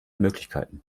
möglichkeiten